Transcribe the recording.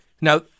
Now